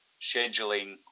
scheduling